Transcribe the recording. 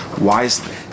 wisely